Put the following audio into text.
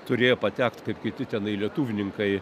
turėjo patekt kaip kiti tenai lietuvininkai